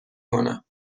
کنم